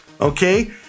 okay